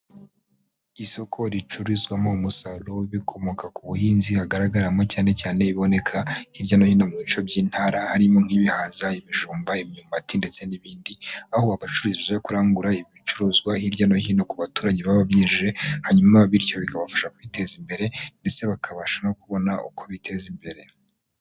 Isoko ricururizwamo umusaruro w'ibikomoka ku buhinzi, hagaragaramo cyane cyane ibiboneka hirya no hino mu bice by'Intara, harimo nk'ibihaza, ibijumba, imyumbati, ndetse n'ibindi, aho abacuruzi baza kurangura ibicuruzwa hirya no hino ku baturage baba babyejeje, hanyuma bityo bikabafasha kwiteza imbere, ndetse bakabasha no kubona uko biteza imbere.